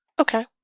Okay